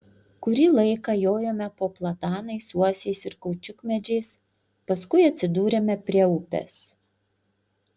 kurį laiką jojome po platanais uosiais ir kaučiukmedžiais paskui atsidūrėme prie upės